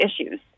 issues